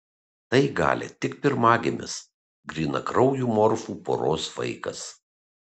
tai gali tik pirmagimis grynakraujų morfų poros vaikas